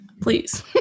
please